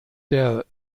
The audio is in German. der